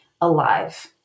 alive